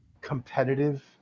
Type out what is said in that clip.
competitive